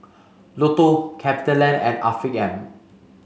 Lotto CapitaLand and Afiq M